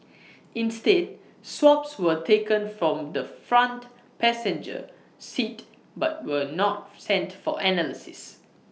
instead swabs were taken from the front passenger seat but were not sent for analysis